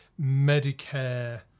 Medicare